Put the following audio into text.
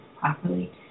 properly